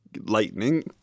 lightning